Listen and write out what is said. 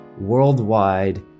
Worldwide